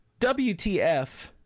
WTF